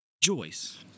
Joyce